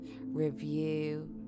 review